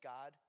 God